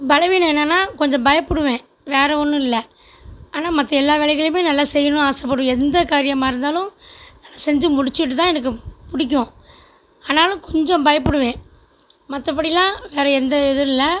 பலவீனம் என்னென்னால் கொஞ்சம் பயப்படுவேன் வேறே ஒன்றும் இல்லை ஆனால் மற்ற எல்லா வேலைகளையுமே நல்லா செய்யணும் ஆசைப்படுவேன் எந்த காரியமாக இருந்தாலும் செஞ்சு முடித்திட்டு தான் எனக்கு பிடிக்கும் ஆனாலும் கொஞ்சம் பயப்படுவேன் மற்றபடிலாம் வேறே எந்த இதுவும் இல்லை